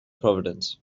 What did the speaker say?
providence